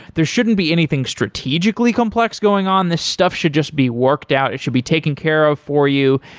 there shouldn't be anything strategically complex going on. this stuff should just be worked out. it should be taken care of for you.